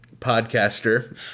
podcaster